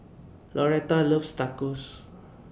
Lauretta loves Tacos